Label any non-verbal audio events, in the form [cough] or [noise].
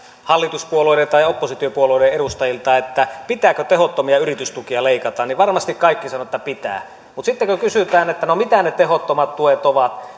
hallituspuolueiden tai oppositiopuolueiden edustajilta pitääkö tehottomia yritystukia leikata niin varmasti kaikki sanovat että pitää mutta sitten kun kysytään että no mitä ne tehottomat tuet ovat [unintelligible]